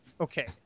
okay